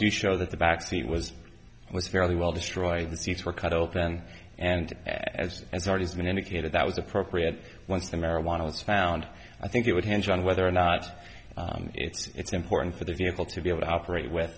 do show that the back seat was was fairly well destroyed the seats were cut open and as and started going indicated that was appropriate once the marijuana was found i think it would hinged on whether or not it's important for the vehicle to be able to operate with